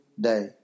day